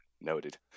Noted